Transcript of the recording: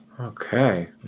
okay